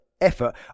effort